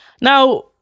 Now